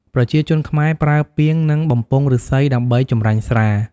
ប្រជាជនខ្មែរប្រើពាង និងបំពង់ឫស្សីដើម្បីចម្រាញ់ស្រា។